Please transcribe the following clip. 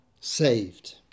saved